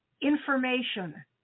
Information